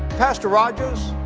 pastor rogers,